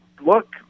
look